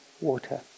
water